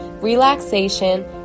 relaxation